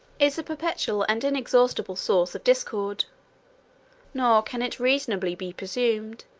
is a perpetual and inexhaustible source of discord nor can it reasonably be presumed,